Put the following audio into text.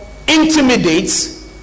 intimidates